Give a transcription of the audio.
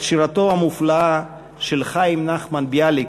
את שירתו המופלאה של חיים נחמן ביאליק,